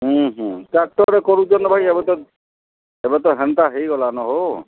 ହୁଁ ହୁଁ ଟ୍ରାକଟର୍ରେ କରୁଛ ନା ଭାଇ ଏବେ ତ ଏବେ ତ ହେନ୍ତା ହୋଇଗଲାନା ହୋ